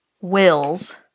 wills